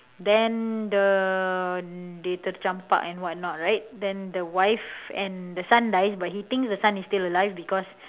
then the later jump part and what not right then the wife and the son dies but he thinks the son is still alive because